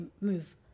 move